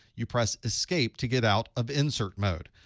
you press escape to get out of insert mode.